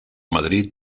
madrid